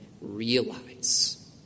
realize